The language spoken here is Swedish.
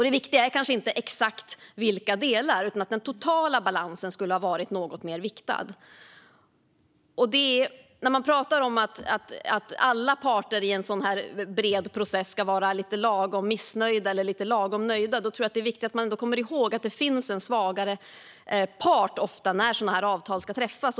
Det viktiga är kanske inte exakt i vilka delar, men den totala balansen skulle ha varit något mer viktad. När man pratar om att alla parter i en sådan här bred process ska vara lite lagom nöjda eller missnöjda är det ändå viktigt att komma ihåg att det ofta finns en svagare part när sådana här avtal ska träffas.